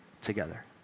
together